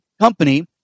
company